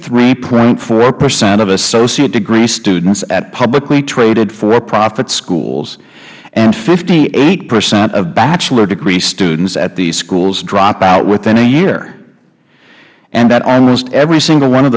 three point four percent of associate degree students at publicly traded for public schools and fifty eight percent of bachelor degree students at these schools drop out within a year and that almost every